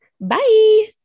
Bye